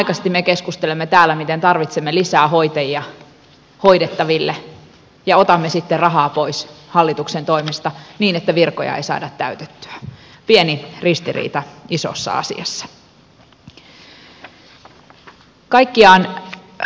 samanaikaisesti me keskustelemme täällä siitä miten tarvitsemme lisää hoitajia hoidettaville ja otamme sitten rahaa pois hallituksen toimesta niin että virkoja ei saada täytettyä pieni ristiriita isossa asiassa